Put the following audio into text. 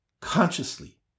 consciously